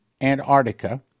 Antarctica